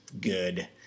good